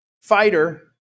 fighter